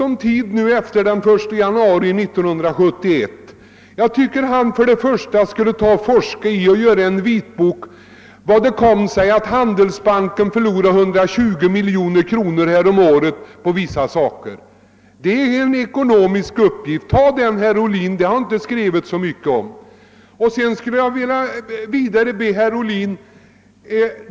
Herr Ohlin får efter första januari 1971 gott om tid och han kan då forska och författa en vitbok om hur det kom sig att Svenska handelsbanken häromåret förlorade 120 miljoner kronor på vissa saker. Detta är en ekonomisk uppgift, herr Ohlin, som det inte har skrivits så mycket om. Vidare skulle jag sedan vilja be herr Ohlin om en annan sak.